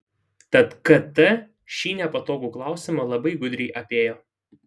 tad kt šį nepatogų klausimą labai gudriai apėjo